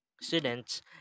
students